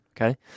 Okay